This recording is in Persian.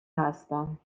هستم